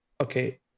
okay